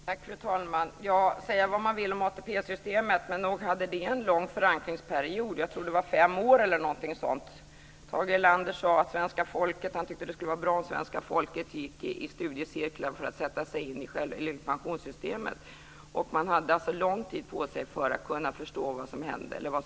Fru talman! Säga vad man vill om ATP-systemet, men nog hade det en lång förankringsperiod. Jag tror att det var fem år eller något sådant. Tage Erlander sade att han tyckte att det skulle vara bra om svenska folket gick i studiecirklar för att sätta sig in i pensionssystemet. Man hade alltså lång tid på sig för att förstå vad som hände.